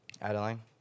Adeline